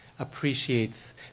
appreciates